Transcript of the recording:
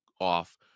off